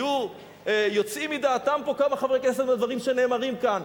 היו יוצאים מדעתם פה כמה חברי כנסת על דברים שנאמרים כאן,